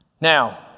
Now